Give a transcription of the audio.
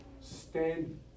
Stand